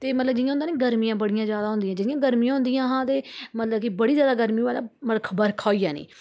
ते मतलब जि'यां होंदा नी गरमियां बड़ियां जादा होंदियां जि'यां गरमियां होंदियां हियां ते मतलब कि बड़ी जादा गरमी होऐ ते बरखा होई जानी